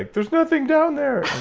like there's nothing down there.